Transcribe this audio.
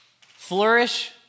Flourish